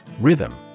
Rhythm